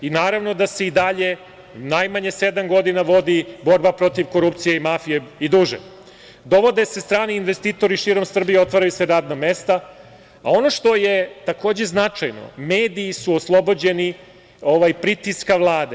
Naravno da se i dalje, najmanje sedam godina vodi borba protiv korupcije i mafije, i duže, dovode se strani investitori širom Srbije, otvaraju se radna mesta, a ono što je takođe značajno, mediji su oslobođeni pritiska Vlade.